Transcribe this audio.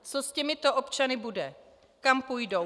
Co s těmito občany bude, kam půjdou?